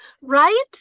right